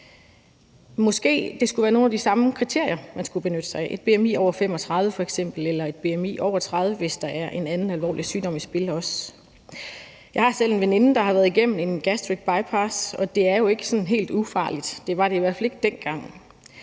Måske det skulle være nogle af de samme kriterier, man skulle benytte sig af – et bmi over 35 f.eks. eller et bmi over 30, hvis der også er en anden alvorlig sygdom i spil. Jeg har selv en veninde, der har været igennem en gastric bypass, og det er jo ikke sådan helt ufarligt. Det var det i hvert fald ikke dengang.